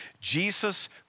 Jesus